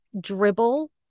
dribble